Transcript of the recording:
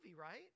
right